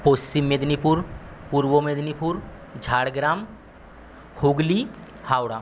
Paschim Medinipur Purba Medinipur Jhargram Hooghly Howrah